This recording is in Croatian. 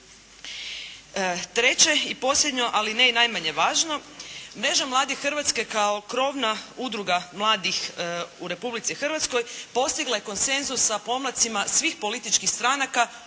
Treće i posljednje, ali ne i najmanje važno. Mreža "Mladi Hrvatske" kao krovna udruga mladih u Republici Hrvatskoj postigla je konsenzus sa podmlacima svih političkih stranaka